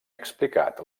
explicat